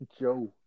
Joe